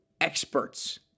experts